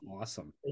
awesome